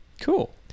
cool